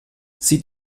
sie